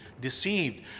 deceived